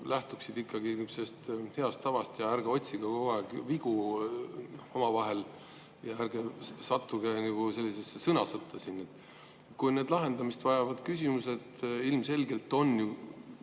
lähtuksid niisugusest heast tavast. Ärge otsige kogu aeg vigu omavahel ja ärge sattuge sellisesse sõnasõtta siin. Kui on lahendamist vajavad küsimused – ilmselgelt on